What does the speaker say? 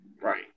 Right